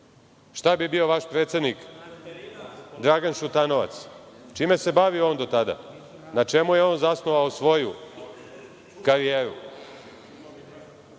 Šta bi bio vaš predsednik Dragan Šutanovac? Čime se bavio on do tada? Na čemu je on zasnovao svoju karijeru?